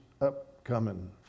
upcoming